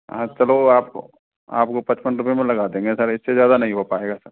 हाँ चलो आप आपको पचपन रुपये में लगा देंगे सर इससे ज़्यादा नहीं हो पाएगा सर